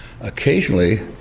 occasionally